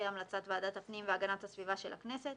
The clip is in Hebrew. המלצת ועדת הפנים והגנת הסביבה של הכנסת